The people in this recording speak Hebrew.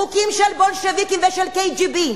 חוקים של בולשביקים ושל קג"ב.